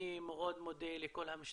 אני מאוד מודה לכל המשתתפים,